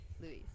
Luis